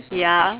ya